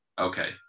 okay